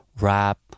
rap